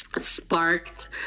sparked